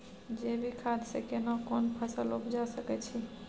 जैविक खाद से केना कोन फसल उपजा सकै छि?